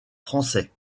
français